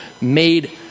made